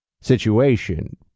situation